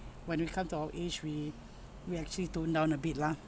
when we come to our age we we actually tone down a bit lah